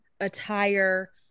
attire